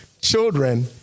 children